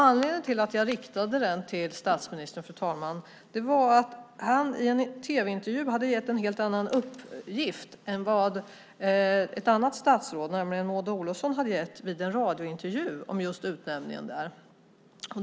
Anledningen till att jag riktade den till statsministern, fru talman, var att han i en tv-intervju hade gett en helt annan uppgift än vad ett annat statsråd, nämligen Maud Olofsson, hade gett i en radiointervju om just den utnämningen.